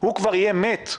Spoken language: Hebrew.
הוא כבר יהיה מת,